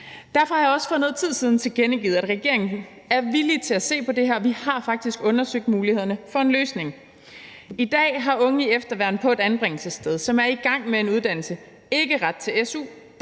Derfor har jeg også for noget tid siden tilkendegivet, at regeringen er villig til at se på det her, og vi har faktisk undersøgt mulighederne for en løsning. I dag har unge i efterværn på et anbringelsessted, som er i gang med en uddannelse, ikke ret til su,